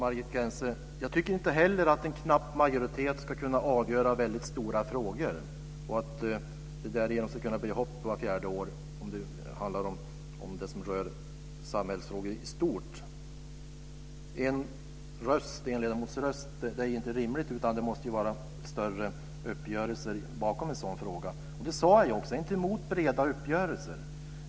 Fru talman! Jag tycker inte heller att en knapp majoritet ska kunna avgöra väldigt stora frågor, Margit Gennser, och att det därigenom ska kunna bli hopp vart fjärde år när det rör samhällsfrågor i stort. Det är inte rimligt att det ska hänga på en ledamots röst, utan det måste vara större uppgörelser bakom en sådan fråga. Det sade jag också. Jag är inte emot breda uppgörelser.